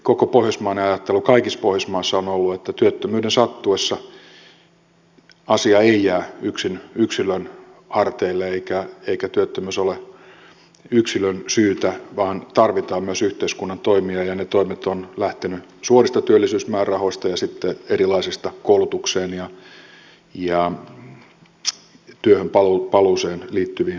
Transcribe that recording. koko pohjoismainen ajattelu kaikissa pohjoismaissa on ollut että työttömyyden sattuessa asia ei jää yksin yksilön harteille eikä työttömyys ole yksilön syytä vaan tarvitaan myös yhteiskunnan toimia ja ne toimet ovat lähteneet suorista työllisyysmäärärahoista ja sitten erilaisista koulutukseen ja työhön paluuseen liittyvistä määrärahoista